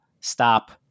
stop